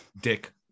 Dick